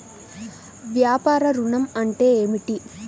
వ్యాపార ఋణం అంటే ఏమిటి?